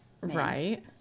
right